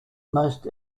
most